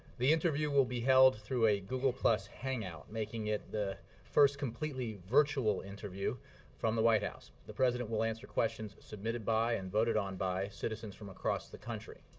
the interview will be held through a google hangout, making it the first completely virtual interview from the white house. the president will answer questions submitted by and voted on by citizens from across the country.